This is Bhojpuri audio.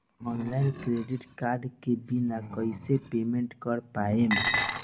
ऑनलाइन क्रेडिट कार्ड के बिल कइसे पेमेंट कर पाएम?